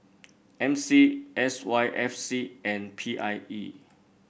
M C S Y F C and P I E